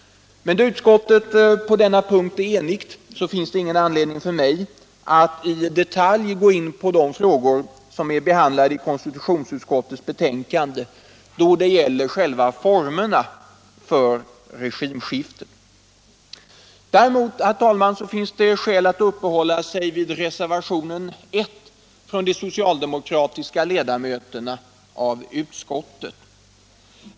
Då utskottet på denna punkt är enigt finns det ingen anledning för mig att i detalj gå in på de frågor som finns behandlade i konstitutionsutskottets betänkande angående formerna för regimskiftet. Däremot finns det skäl för mig att något uppehålla mig vid reservationen 1 från de socialdemokratiska ledamöterna av utskottet.